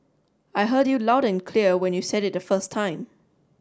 I heard you loud and clear when you said it the first time